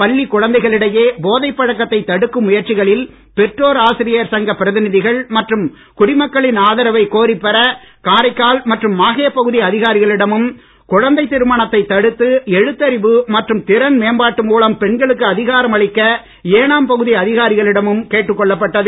பள்ளி குழந்தைகளிடையே போதைப் பழக்கத்தை தடுக்கும் முயற்சிகளில் பெற்றோர் ஆசிரியர் சங்கப் பிரதிநிதிகள் மற்றும் குடிமக்களின் ஆதரவை கோரிப் பெற காரைக்கால் மற்றும் மாஹே பகுதி அதிகாரிகளிடமும் குழந்தை திருமணத்தை தடுத்து எழுத்தறிவு மற்றும் திறன் மேம்பாடு மூலம் பெண்களுக்கு அதிகாரம் அளிக்க ஏனாம் பகுதி அதிகாரிகளிடமும் கேட்டுக் கொள்ளப்பட்டது